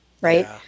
right